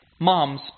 moms